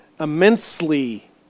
immensely